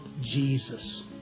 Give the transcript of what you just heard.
Jesus